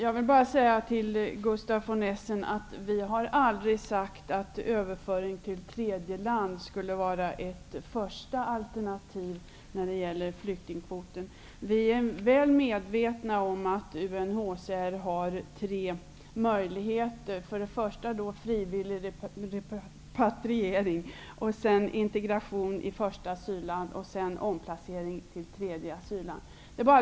Herr talman! Vi har aldrig påstått att överföring till tredje land skulle vara ett första alternativ när det gäller flyktingkvoten. Vi är väl medvetna om att UNHCR har tre möjligheter: frivillig repatriering, integration i första asylland och en omplacering till tredje asylland.